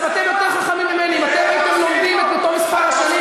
ואם אתם הייתם לומדים את אותו מספר השנים,